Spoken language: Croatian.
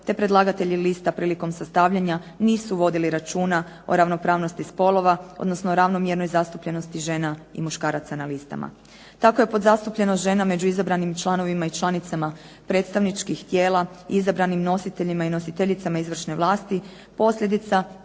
te predlagatelji lista prilikom sastavljanja nisu vodili računa o ravnopravnosti spolova, odnosno ravnomjernoj zastupljenosti žena i muškaraca na listama. Tako je podzastupljenost žena među izabranim članovima i članicama predstavničkih tijela, izabranim nositeljima i nositeljicama izvršne vlasti, posljedica